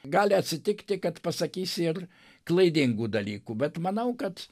gali atsitikti kad pasakysi ir klaidingų dalykų bet manau kad